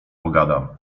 pogadam